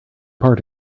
part